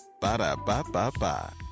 Ba-da-ba-ba-ba